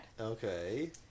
Okay